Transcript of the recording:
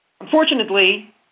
Unfortunately